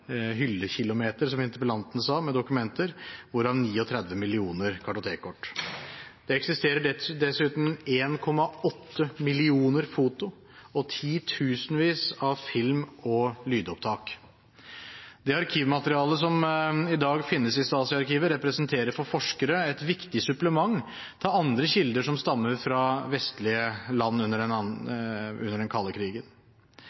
hyllekilometer, som interpellanten sa – med dokumenter, hvorav 39 millioner kartotekkort. Det eksisterer dessuten 1,8 millioner foto og titusenvis av film- og lydopptak. Arkivmaterialet som i dag finnes i Stasi-arkivet, representerer for forskere et viktig supplement til andre kilder som stammer fra vestlige land under den